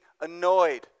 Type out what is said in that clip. annoyed